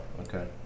okay